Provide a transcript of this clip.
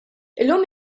illum